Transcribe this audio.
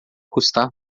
custar